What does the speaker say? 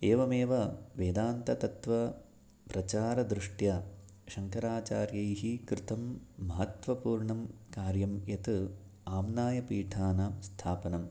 एवमेव वेदान्ततत्वप्रचारदृष्ट्या शङ्कराचार्यैः कृतं महत्त्वपूर्णं कार्यं यत् आम्नायपीठानां स्थापनं